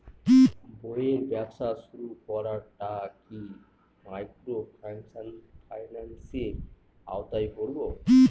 বইয়ের ব্যবসা শুরু করাটা কি মাইক্রোফিন্যান্সের আওতায় পড়বে?